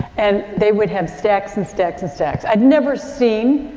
and, they would have stacks and stacks and stacks. i had never seen,